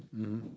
mmhmm